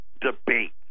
debate